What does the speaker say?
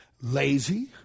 Lazy